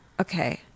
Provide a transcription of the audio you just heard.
Okay